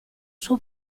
suo